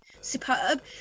superb